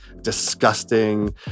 disgusting